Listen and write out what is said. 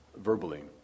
verbally